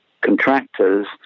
contractors